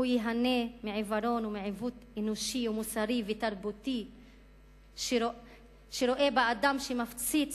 הוא ייהנה מעיוורון ומעיוות אנושי ומוסרי ותרבותי שרואה באדם שמפציץ